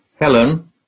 Helen